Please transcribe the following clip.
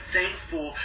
thankful